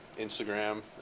Instagram